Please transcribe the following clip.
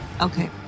Okay